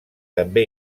també